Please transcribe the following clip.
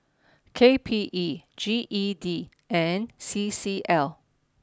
k P E G E D and C C L